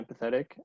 empathetic